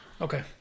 Okay